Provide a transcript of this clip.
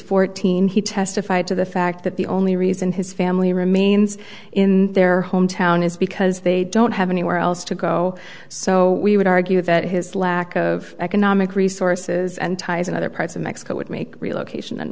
fourteen he testified to the fact that the only reason his family remains in their hometown is because they don't have anywhere else to go so we would argue that his lack of economic resources and ties in other parts of mexico would make relocation